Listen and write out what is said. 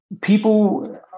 people